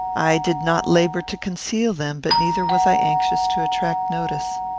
i did not labour to conceal them, but neither was i anxious to attract notice.